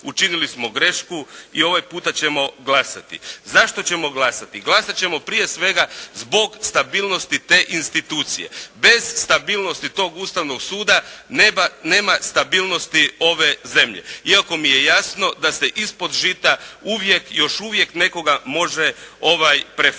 učinili smo grešku i ovaj puta ćemo glasati. Zašto ćemo glasati? Glasati ćemo prije svega zbog stabilnosti te institucije. Bez stabilnosti tog Ustavnog suda nema stabilnosti ove zemlje, iako mi je jasno da se ispod žita uvijek, još uvijek može nekoga preferirati